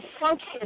function